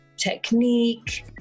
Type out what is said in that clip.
technique